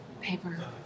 paper